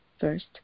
first